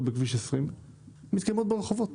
בכביש מספר 20 אלא הן מתקיימות ברחובות